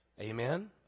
Amen